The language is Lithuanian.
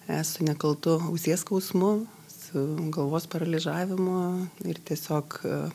e su nekaltu ausies skausmu su galvos paraližavimu ir tiesiog